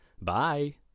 Bye